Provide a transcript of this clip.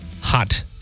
Hot